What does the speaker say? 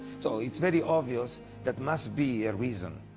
so it's very obvious that must be a reason,